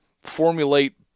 formulate